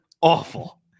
Awful